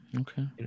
Okay